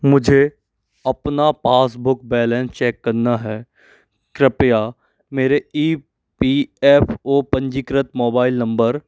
मुझे अपना passbook balance check करना है कृपया मेरे ई पी एफ ओ पंजीकृत मोबाइल नंबर